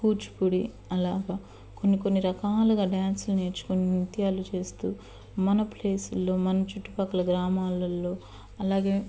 కూచిపూడి అలా కొన్ని కొన్ని రకాలుగా డాన్సులు నేర్చుకొని నృత్యాలు చేస్తూ మన ప్లేసుల్లో మన చుట్టుపక్కల గ్రామాలల్లో అలాగే